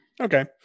Okay